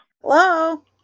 Hello